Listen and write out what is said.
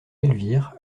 elvire